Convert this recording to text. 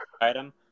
item